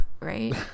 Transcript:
right